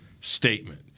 statement